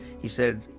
he said,